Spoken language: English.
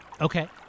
Okay